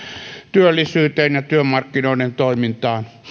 työllisyyteen ja työmarkkinoiden toimintaan